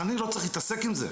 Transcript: אני לא צריך להתעסק עם זה.